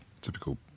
typical